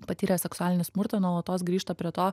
patyrę seksualinį smurtą nuolatos grįžta prie to